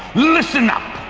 listen up!